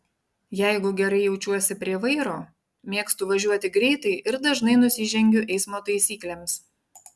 jeigu gerai jaučiuosi prie vairo mėgstu važiuoti greitai ir dažnai nusižengiu eismo taisyklėms